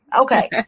Okay